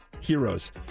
heroes